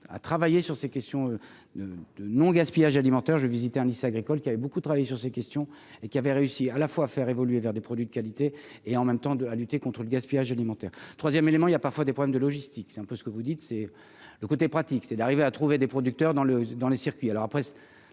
à travailler sur ces questions de non-gaspillage alimentaire j'ai visité un lycée agricole qui avait beaucoup travaillé sur ces questions et qui avait réussi à la fois faire évoluer vers des produits de qualité et en même temps de à lutter contre le gaspillage alimentaire 3ème élément, il y a parfois des problèmes de logistique, c'est un peu ce que vous dites, c'est le côté pratique, c'est d'arriver à trouver des producteurs dans le dans